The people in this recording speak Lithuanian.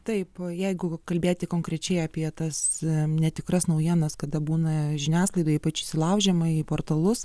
taip jeigu kalbėti konkrečiai apie tas netikras naujienas kada būna žiniasklaidoj ypač įsilaužiama į portalus